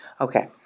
okay